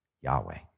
Yahweh